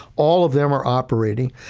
all of them are operating.